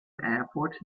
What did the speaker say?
airport